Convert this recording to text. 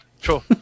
Sure